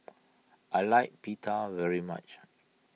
I like Pita very much